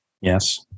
Yes